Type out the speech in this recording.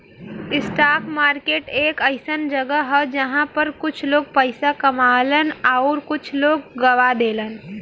stock market एक अइसन जगह हौ जहां पर कुछ लोग पइसा कमालन आउर कुछ लोग गवा देलन